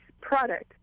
product